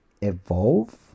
evolve